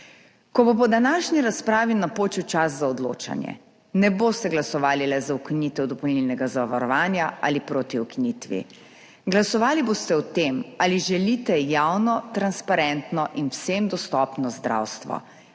Ko bo po današnji razpravi napočil čas za odločanje, ne boste glasovali le za ukinitev dopolnilnega zavarovanja ali proti ukinitvi, glasovali boste o tem, ali želite javno, transparentno in vsem dostopno zdravstvo